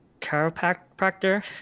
chiropractor